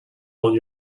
all